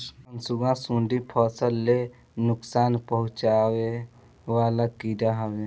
कंसुआ, सुंडी फसल ले नुकसान पहुचावे वाला कीड़ा हवे